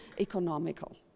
economical